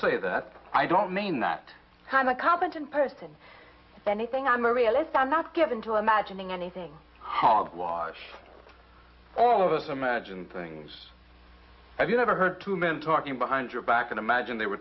say that i don't mean that i'm a competent person anything i'm a realist i'm not given to imagining anything hogwash all of us imagine things i've never heard two men talking behind your back and imagine they were